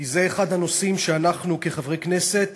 כי זה אחד הנושאים שאנחנו כחברי כנסת